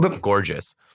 gorgeous